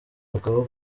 hakaba